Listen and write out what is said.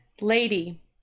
Lady